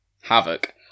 Havoc